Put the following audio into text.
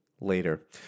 later